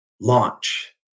launch